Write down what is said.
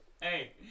Hey